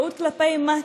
טעות כלפי מטה,